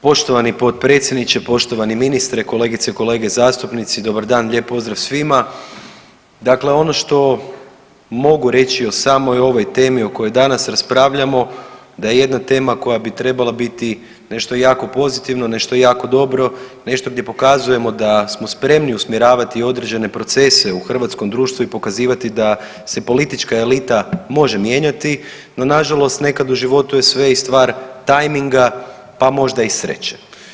Poštovani potpredsjedniče, poštovani ministre, kolegice i kolege zastupnici dobar dan lijep pozdrav svima, dakle ono što mogu reći o samoj ovoj temi o kojoj danas raspravljamo da jedna tema koja bi trebala biti nešto jako pozitivno, nešto jako dobro, nešto gdje pokazujemo da smo spremni usmjeravati određene procese u hrvatskom društvu i pokazivati da se politička elita može mijenjati no nažalost nekad u životu je sve i stvar tajminga pa možda i sreće.